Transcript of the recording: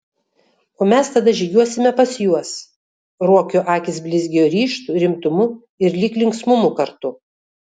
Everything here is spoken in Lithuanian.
o mes tada žygiuosime pas juos ruokio akys blizgėjo ryžtu rimtumu ir lyg linksmumu kartu